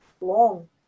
long